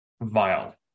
vile